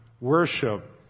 worship